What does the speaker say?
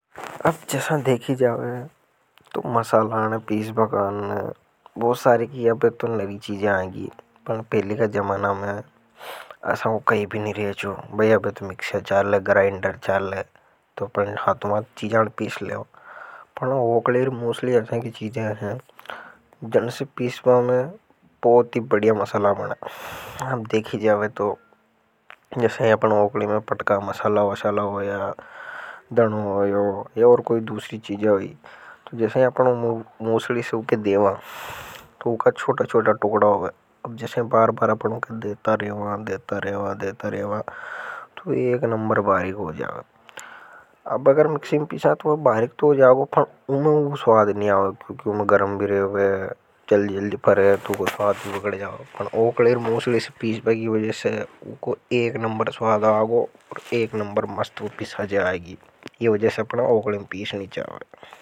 अब जैसा देखी जाओ तो मसाला ने पीसबा काने बहुत सारी की अब तो नवी चीजें आगी। पर पहली का जमाना में असा कहीं भी नहीं रैंचो बही अब तो मिक्सिया चाले ग्राइंडर चाले तो, पर हाथों हाथ चीजा ने पीस लेवा पर ओकली और मुसली असा की चीजा है। जनसे पीसने काने बहुत ही बढ़िया मसाला बने अब देखी जावे तो जसा ही ओकली में पटका मसाला हुयो धनों हुआ। या ओर कोई दूसरी चीज हुई तो जैसे अपनों मूसली से उसके देवा तो उनका छोटा-छोटा टुकड़ा हुआ। अब जैसे बार-बार अपन ऊकेे देता रेवा देता रेवा तो एक नंबर बारीक हो जाएगा अब। अगर मिक्शी में पीसा तो बारीक तो होजागो पण उमे ऊ स्वाद नी आगो। एक नंबर स्वाद आगो ओर एक नंबर वा पीसा जागी।